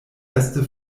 erste